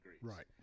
Right